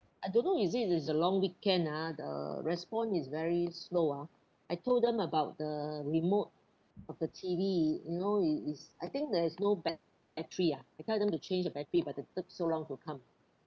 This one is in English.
I don't know is it it's a long weekend ah the response is very slow ah I told them about the remote of the T_V it you know it is I think there is no bat~ battery ah I tell them to change the battery but they take so long to come